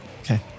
Okay